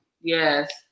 yes